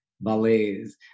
ballets